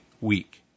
week